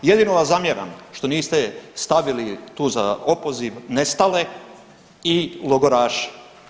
Jedino vam zamjeram što niste stavili tu za opoziv nestale i logoraše.